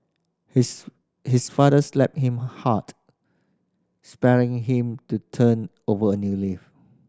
his his father slapped him hard spurring him to turn over a new leaf